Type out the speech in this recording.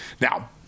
Now